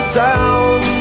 down